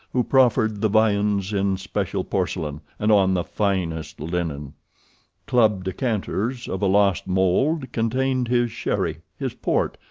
who proffered the viands in special porcelain, and on the finest linen club decanters, of a lost mould, contained his sherry, his port,